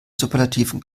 superlativen